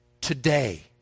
today